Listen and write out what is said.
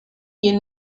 you